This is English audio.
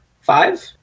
five